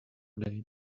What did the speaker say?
date